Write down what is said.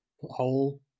hole